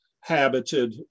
habited